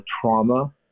trauma